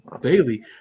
bailey